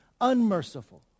unmerciful